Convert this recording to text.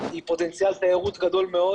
עם פוטנציאל תיירות גדול מאוד